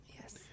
Yes